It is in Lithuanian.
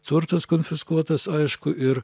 turtas konfiskuotas aišku ir